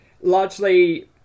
Largely